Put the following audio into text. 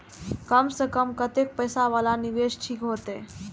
कम से कम कतेक पैसा वाला निवेश ठीक होते?